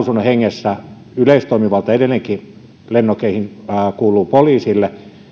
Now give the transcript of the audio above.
hengessä yleistoimivalta edelleenkin lennokkeihin kuuluu poliisille